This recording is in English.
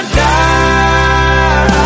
die